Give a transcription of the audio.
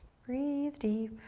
breathe deep.